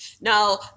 Now